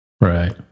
right